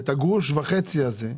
ואת הגרוש וחצי הזה,